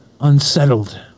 unsettled